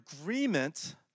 agreement